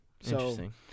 Interesting